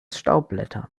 staubblätter